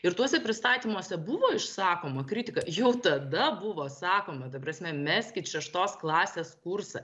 ir tuose pristatymuose buvo išsakoma kritika jau tada buvo sakoma ta prasme meskit šeštos klasės kursą